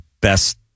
best